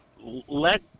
let